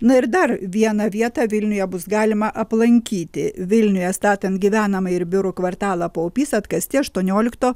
na ir dar vieną vietą vilniuje bus galima aplankyti vilniuje statant gyvenamąjį ir biurų kvartalą paupys atkasti aštuoniolikto